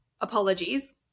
apologies